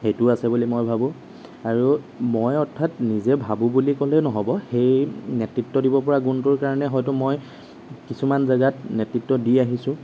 সেইটো আছে বুলি মই ভাবোঁ আৰু মই অৰ্থাৎ নিজে ভাবোঁ বুলি ক'লে ন'হব সেই নেতৃত্ব দিব পৰা গুণটোৰ কাৰণে হয়তো মই কিছুমান জেগাত নেতৃত্ব দি আহিছোঁ